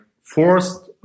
forced